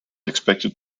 expected